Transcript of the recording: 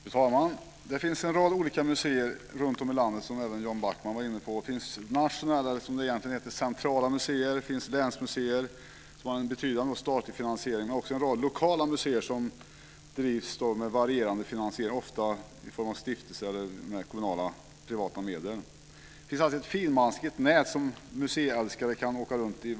Fru talman! Det finns en rad olika museer runtom i landet, som även Jan Backman var inne på. Det finns nationella eller, som det egentligen heter, centrala museer. Det finns länsmuseer, som har en betydande statlig finansiering, och en rad lokala museer som drivs med varierande finansiering, ofta handlar det om stiftelser eller kommunala och privata medel. I vårt vackra land finns det alltså ett finmaskigt nät som museiälskare kan åka runt i.